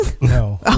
No